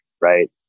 right